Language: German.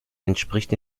entspricht